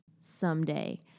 someday